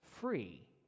free